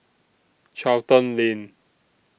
Charlton Lane